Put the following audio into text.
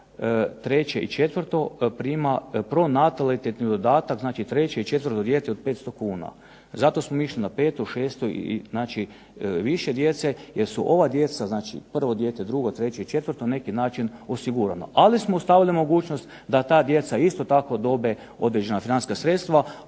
treće i četvrto prima pronatalitetni dodatak, znači treće i četvrto dijete od 500 kuna. Zato smo išli na peto, šesto i znači više djece, jer su ova djeca, znači prvo dijete, drugo, treće i četvrto na neki način osigurano, ali smo ostavili mogućnost da ta djeca isto tako dobe određena financijska sredstva,